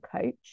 coach